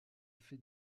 fait